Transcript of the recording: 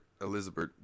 elizabeth